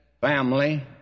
family